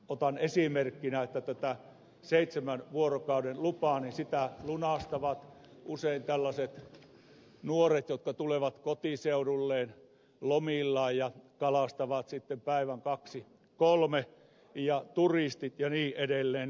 otan esimerkkinä että tätä seitsemän vuorokauden lupaa lunastavat usein tällaiset nuoret jotka tulevat kotiseudulleen lomillaan ja kalastavat sitten päivän kaksi kolme ja turistit ja niin edelleen